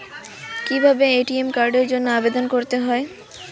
কিভাবে এ.টি.এম কার্ডের জন্য আবেদন করতে হয়?